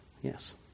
yes